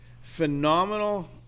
Phenomenal